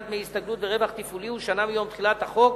דמי הסתגלות ורווח תפעולי הוא שנה מיום תחילת החוק,